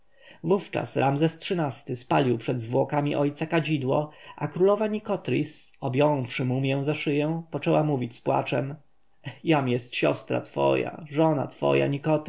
wówczas ramzes xiii-ty spalił przed zwłokami ojca kadzidło a królowa nikotris objąwszy mumję za szyję poczęła mówić z płaczem jam jest siostra twoja żona twoja nikotris